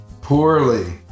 Poorly